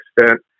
extent